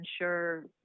ensure